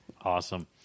Awesome